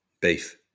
Beef